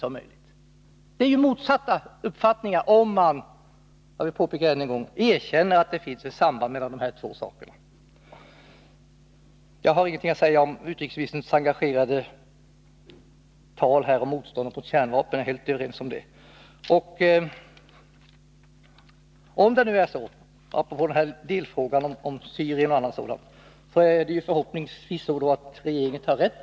Det är ju ett uttryck för motsatta uppfattningar, om man — jag vill påpeka det än en gång— erkänner att det finns ett samband mellan de här två sakerna. Jag har inget att anföra mot utrikesministerns engagerade tal om motståndet mot kärnvapen. Jag är helt överens med honom på den punkten. Apropå delfrågan om Syrien m.m. får vi hoppas att regeringen har rätt.